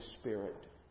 Spirit